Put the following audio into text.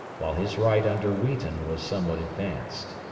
while his right under wheaton was somewhat advanced.